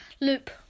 loop